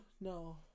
No